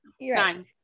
nine